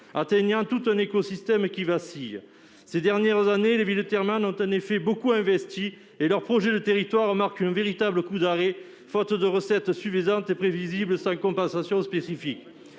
atteint tout un écosystème, qui vacille. Ces dernières années, les villes thermales ont en effet beaucoup investi, et leurs projets de territoire marquent un véritable coup d'arrêt, faute de recettes suffisantes et prévisibles, sans compensation spécifique.